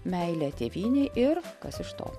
meilę tėvynei ir kas iš to